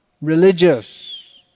religious